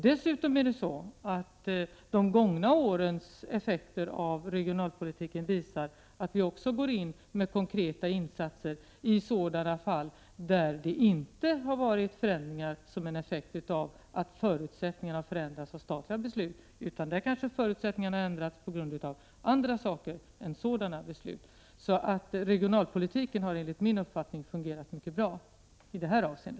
Dessutom visar de gångna årens effekter av regionalpolitiken att vi också går in med konkreta insatser i sådana fall där förutsättningarna har förändrats inte genom statliga beslut utan av andra orsaker, så regionalpolitiken har enligt min uppfattning fungerat mycket bra i detta avseende.